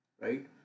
right